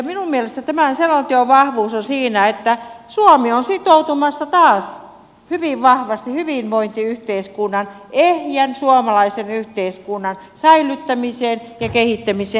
minun mielestäni tämän selonteon vahvuus on siinä että suomi on sitoutumassa taas hyvin vahvasti hyvinvointiyhteiskunnan ehjän suomalaisen yhteiskunnan säilyttämiseen ja kehittämiseen